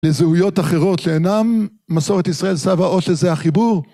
לזהויות אחרות שאינן מסורת ישראל סבא או שזה החיבור